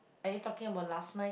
are you talking about last night